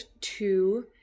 two